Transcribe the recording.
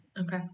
okay